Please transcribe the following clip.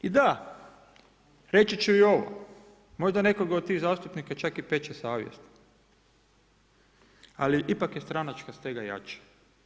I da, reći ću i ovo, možda nekoga od tih zastupnika čak i peče savjest, ali ipak je stranačka stega jača.